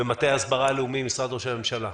במטה ההסברה הלאומי במשרד ראש הממשלה.